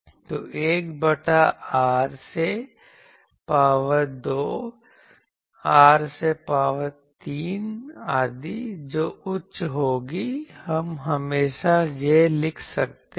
तो 1 बटा r से पावर 2 r से पावर 3 आदि जो उच्च होगी हम हमेशा यह लिख सकते हैं